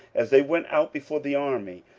as they went out before the army,